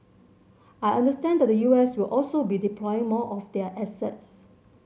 I understand that the U S will also be deploying more of their assets